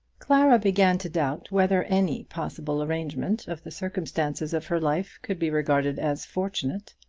clara began to doubt whether any possible arrangement of the circumstances of her life could be regarded as fortunate.